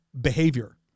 behavior